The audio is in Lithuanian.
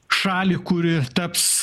šalį kuri taps